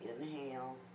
inhale